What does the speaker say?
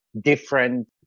different